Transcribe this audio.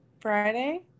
Friday